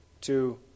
Two